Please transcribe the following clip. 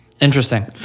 Interesting